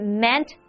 meant